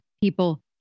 people